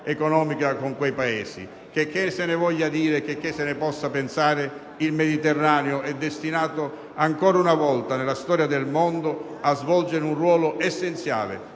economica con quei Paesi. Checché se ne voglia dire, checché se ne possa pensare, il Mediterraneo è destinato ancora una volta nella storia del mondo a svolgere un ruolo essenziale,